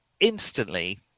instantly